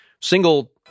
single